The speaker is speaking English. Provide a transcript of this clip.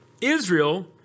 Israel